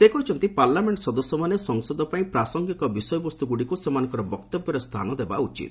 ସେ କହିଛନ୍ତି ପାର୍ଲାମେଣ୍ଟ ସଦସ୍ୟମାନେ ସଂସଦ ପାଇଁ ପ୍ରାସଙ୍ଗିକ ବିଷୟବସ୍ତୁ ଗୁଡିକୁ ସେମାନଙ୍କର ବକ୍ତବ୍ୟରେ ସ୍ଥାନ ଦେବା ଉଚିତ